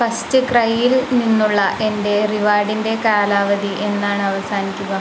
first ക്രൈയിൽ നിന്നുള്ള എൻ്റെ റിവാർഡിൻ്റെ കാലാവധി എന്നാണ് അവസാനിക്കുക